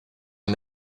han